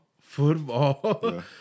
football